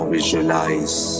Visualize